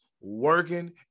working